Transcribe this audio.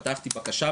פתחתי בקשה,